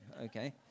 okay